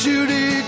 Judy